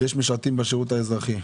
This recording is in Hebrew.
יש משרתים בשירות האזרחי.